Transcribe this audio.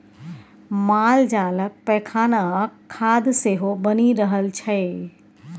मालजालक पैखानाक खाद सेहो बनि रहल छै